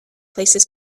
places